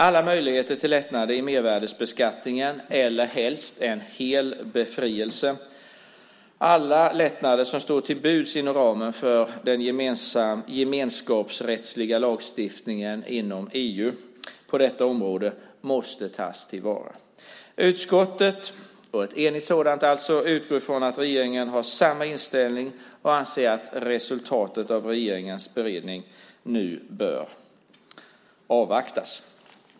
Alla möjligheter till lättnader i mervärdesbeskattningen - eller helst en total befrielse - som står till buds inom ramen för den gemenskapsrättsliga lagstiftningen inom EU på detta område måste tas till vara. Ett enigt utskott utgår från att regeringen har samma inställning och anser att resultatet av regeringens beredning nu bör avvaktas.